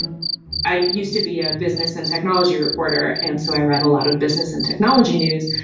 i used to be a business and technology reporter and so i read a lot of business and technology news.